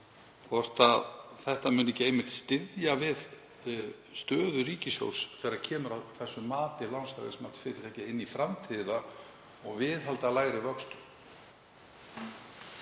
þetta muni ekki einmitt styðja við stöðu ríkissjóðs þegar kemur að mati lánshæfismatsfyrirtækja inn í framtíðina og viðhalda lægri vöxtum.